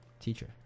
teacher